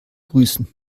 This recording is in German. grüßen